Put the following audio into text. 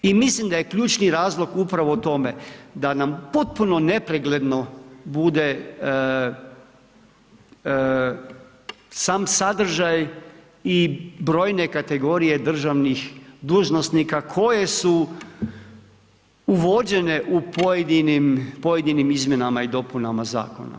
I mislim da je ključni razlog, upravo o tome, da nam potpuno nepregledno bude sam sadržaj i brojne kategorije državnih dužnosnika, koje su uvođene u pojedinim izmjenama i dopunama zakona.